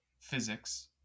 physics